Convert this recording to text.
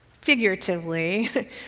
figuratively